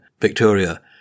Victoria